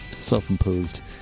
self-imposed